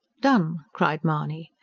done! cried mahony.